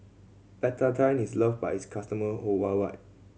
Betadine is loved by its customer